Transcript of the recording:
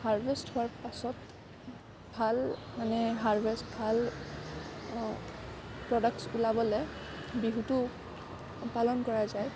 harvest হোৱাৰ পিছত ভাল মানে হাৰ্ভেষ্ট ভাল প্ৰডাক্টছ ওলাবলৈ বিহুটো পালন কৰা যায়